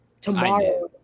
tomorrow